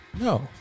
No